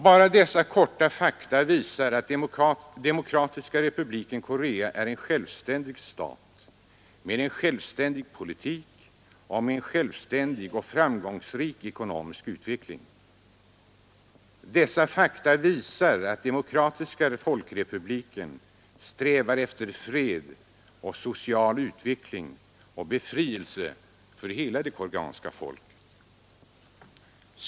Bara dessa korta fakta visar att Demokratiska folkrepubliken Korea är en självständig stat, med en självständig politik och med en självständig och framgångsrik ekonomisk utveckling. Dessa fakta visar att Demokratiska folkrepubliken strävar efter fred och social utveckling och befrielse för hela det koreanska folket.